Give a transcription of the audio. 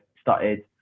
started